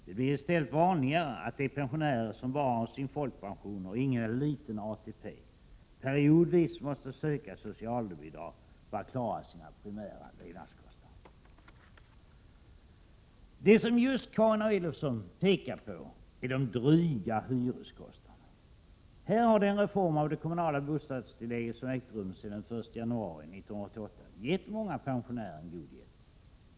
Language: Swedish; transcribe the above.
Det blir i stället allt vanligare att de pensionärer som bara har sin folkpension och ingen eller liten ATP, periodvis måste söka socialbidrag för att klara sina primära levnadskostnader.” Det som Carin Elofsson pekar på är just de dryga hyreskostnaderna. Här har den reform av det kommunala bostadstillägget som ägt rum sedan den 1 januari 1988 gett många pensionärer en god hjälp.